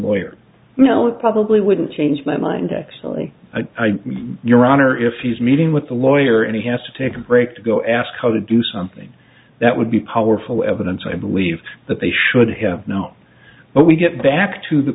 where you know it probably wouldn't change my mind actually your honor if he's meeting with the lawyer and he has to take a break to go ask how to do something that would be powerful evidence i believe that they should have now but we get back to the